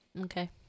okay